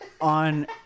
on